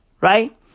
right